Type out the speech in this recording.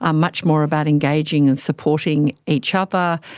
um much more about engaging and supporting each other,